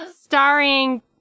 starring